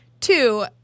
Two